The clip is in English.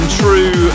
true